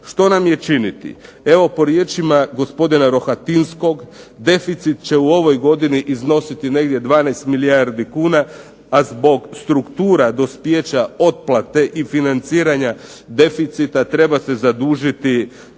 Što nam je činiti? Evo po riječima gospodina Rohatinskog deficit će u ovoj godini iznositi negdje 12 milijardi kuna, a zbog struktura dospijeća otplate i financiranja deficita treba se zadužiti,